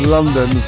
London